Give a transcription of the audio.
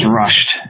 rushed